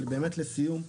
באמת לסיום,